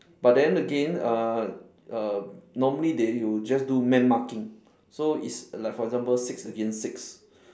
but then again uh uh normally they will just do man marking so it's like for example six against six